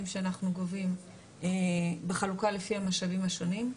שאנחנו גובים בחלוקה לפי המשאבים השונים.